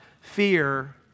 Fear